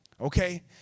Okay